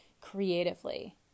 creatively